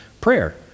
prayer